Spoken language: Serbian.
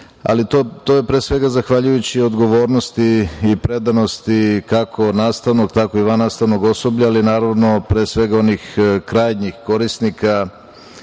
To je, pre svega, zahvaljujući odgovornosti i predanosti, kako nastavnog, tako i vannastavnog osoblja, ali naravno, pre svega, onih krajnjih korisnika,